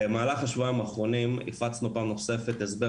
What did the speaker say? במהלך השבועיים האחרונים הפצנו פעם נוספת הסבר